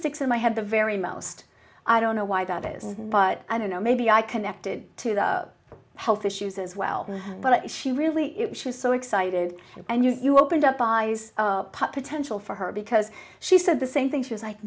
sticks in my head the very most i don't know why that is but i don't know maybe i connected to the health issues as well but she really was so excited and you opened up eyes potential for her because she said the same thing she was